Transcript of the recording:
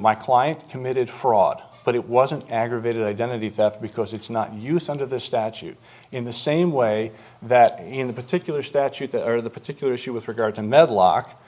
my client committed fraud but it wasn't aggravated identity theft because it's not use under the statute in the same way that in the particular statute the earth the particular issue with regard to medlock